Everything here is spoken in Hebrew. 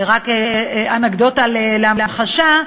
רק אנקדוטה להמחשה: